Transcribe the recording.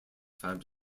found